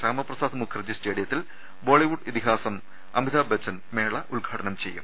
ശ്യാമപ്രസാദ് മുഖർജി സ്റ്റേഡി യത്തിൽ ബോളിവുഡ് ഇതിഹാസം അമിതാഭ് ബച്ചൻ മേള ഉദ്ഘാ ടനം ചെയ്യും